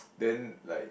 then like